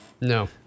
No